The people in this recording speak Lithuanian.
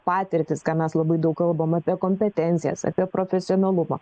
patirtys ką mes labai daug kalbame apie kompetencijas apie profesionalumą